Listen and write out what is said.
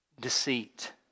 deceit